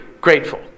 grateful